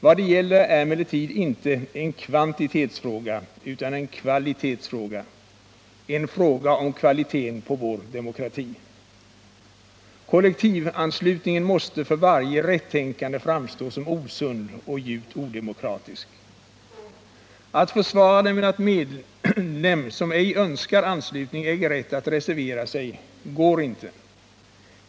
Vad det gäller är emellertid inte en kvantitetsfråga, utan en kvalitetsfråga — en fråga om kvaliteten på vår demokrati. Kollektivanslutningen måste för varje rättänkande framstå som osund och djupt odemokratisk. Att försvara det med att medlem som ej önskar anslutning äger rätt att reservera sig går inte.